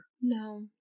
No